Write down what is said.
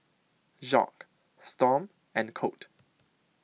Jacques Storm and Colt